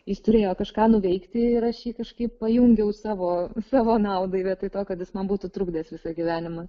jis turėjo kažką nuveikti ir aš jį kažkaip pajungiau savo savo naudai vietoj to kad jis man būtų trukdęs visą gyvenimą